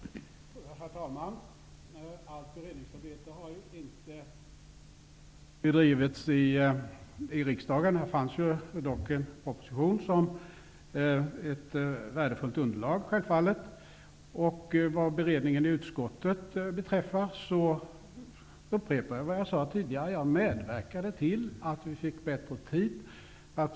Herr talman! Allt beredningsarbete har ju inte bedrivits i riksdagen. Det fanns självfallet en proposition såsom ett värdefullt underlag. Vad beredningen i utskottet beträffar upprepar jag vad jag sade tidigare. Jag medverkade till att vi fick mer tid.